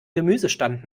gemüsestand